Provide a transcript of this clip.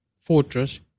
fortress